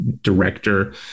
director